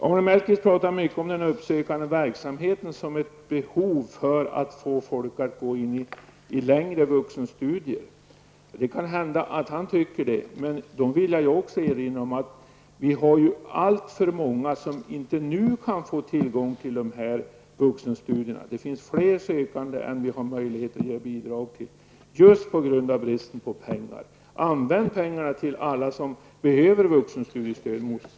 Arne Mellqvist talade mycket om den uppsökande verksamheten som ett medel för att få folk att gå in i längre vuxenstudier. Det kan hända att han tycker så. Då vill jag erinra om att vi redan har alltför många som inte kan få vuxenstudiestöd. Det finns fler sökande än vi har möjligheter att ge bidrag till just på grund av bristen på pengar. Använd pengarna till alla som behöver vuxenstudiestöd nu.